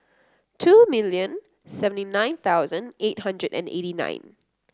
two million seventy nine thousand eight hundred and eighty nine